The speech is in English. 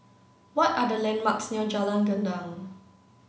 what are the landmarks near Jalan Gendang